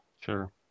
Sure